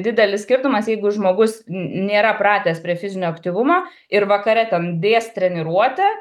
didelis skirtumas jeigu žmogus nėra pratęs prie fizinio aktyvumo ir vakare ten dės treniruotę